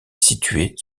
située